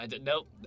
Nope